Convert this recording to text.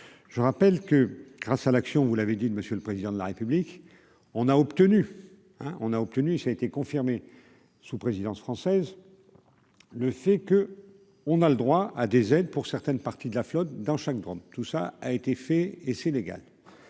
je rappelle que grâce à l'action, vous l'avez dit, monsieur le président de la République, on a obtenu, on a obtenu, ça a été confirmée, sous présidence française, le fait que, on a le droit à des aides pour certaines parties de la flotte dans chaque grande tout ça a été fait et c'est légal